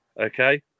Okay